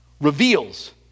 reveals